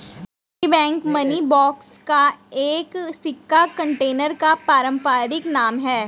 piggy bank money box एक सिक्का container का पारंपरिक नाम है